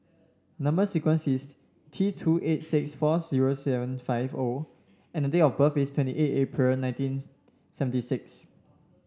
number sequence is T two eight six four zero seven five O and date of birth is twenty eight April nineteen seventy six